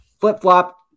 flip-flop